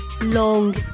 long